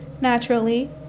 Naturally